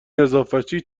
نظافتچی